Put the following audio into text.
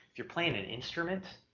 if you're playing an instrument,